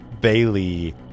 Bailey